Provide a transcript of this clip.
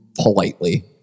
politely